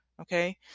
okay